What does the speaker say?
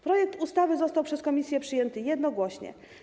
Projekt ustawy został przez komisję przyjęty jednogłośnie.